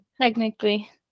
technically